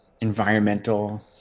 Environmental